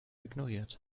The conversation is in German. ignoriert